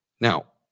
Now